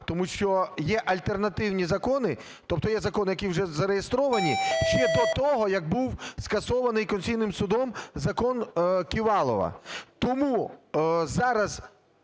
тому що є альтернативні закони, тобто є закони, які вже зареєстровані ще до того, як був скасований Конституційним Судом "Закон Ківалова". Тому зараз,